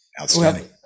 Outstanding